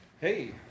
Hey